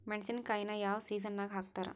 ಮೆಣಸಿನಕಾಯಿನ ಯಾವ ಸೇಸನ್ ನಾಗ್ ಹಾಕ್ತಾರ?